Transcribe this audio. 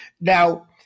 Now